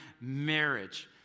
marriage